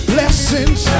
Blessings